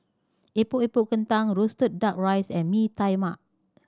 Epok Epok Kentang roasted Duck Rice and Mee Tai Mak